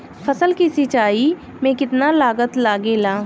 फसल की सिंचाई में कितना लागत लागेला?